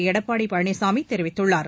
எடப்பாடி பழனிசாமி தெரிவித்துள்ளார்